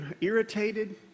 irritated